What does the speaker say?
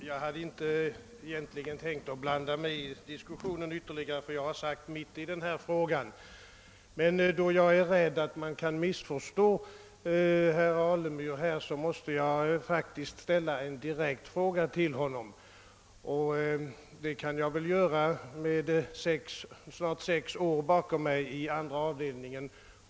Herr talman! Jag hade egentligen inte tänkt att blanda mig i diskussionen mer eftersom jag sagt mitt i denna fråga, men då jag är rädd för att herr Alemyrs yttrande kan vålla missförstånd måste jag faktiskt ställa en direkt fråga till honom. Jag tycker jag kan göra det efter snart sex år i statsutskottets andra avdelning.